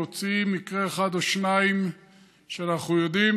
להוציא מקרה או אחד או שניים שאנחנו יודעים,